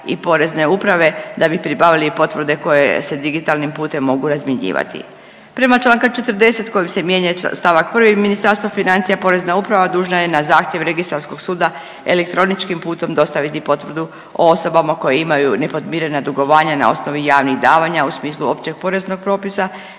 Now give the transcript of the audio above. i poreze uprave da bi pribavili potvrde koje se digitalnim putem mogu razmjenjivati. Prema čl. 40. kojim se mijenja st. 1. Ministarstva financija porezna uprava dužna je na zahtjev registarskog suda elektroničkim putem dostaviti potvrdu o osobama koje imaju nepodmirena dugovanja na osnovi javnih davanja u smislu općeg poreznog propisa